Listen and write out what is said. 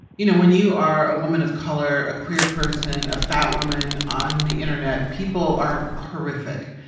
you know, when you are a woman of color, a queer person, a fat woman on the internet, people are horrific.